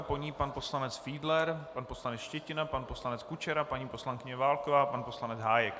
Po ní pan poslanec Fiedler, pan poslanec Štětina, pan poslanec Kučera, paní poslankyně Válková, pan poslanec Hájek.